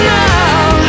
now